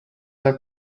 were